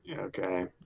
Okay